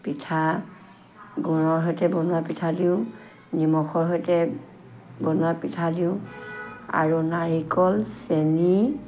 পিঠা গুৰৰ সৈতে বনোৱা পিঠা দিওঁ নিমখৰ সৈতে বনোৱা পিঠা দিওঁ আৰু নাৰিকল চেনী